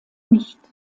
nicht